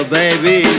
baby